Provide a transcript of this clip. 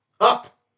up